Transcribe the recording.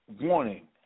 warning